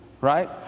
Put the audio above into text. right